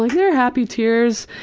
like they're happy tears.